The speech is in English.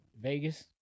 Vegas